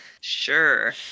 Sure